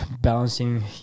balancing